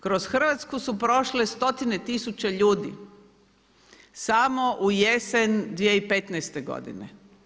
Kroz Hrvatsku su prošle stotine tisuća ljudi samo u jesen 2015. godine.